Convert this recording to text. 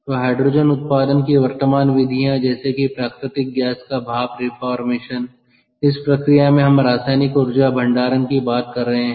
तो हाइड्रोजन उत्पादन की वर्तमान विधियाँ जैसे कि प्राकृतिक गैस का भाप रिफॉर्मेशन इस प्रक्रिया में हम रासायनिक ऊर्जा भंडारण की बात कर रहे हैं